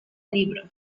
libro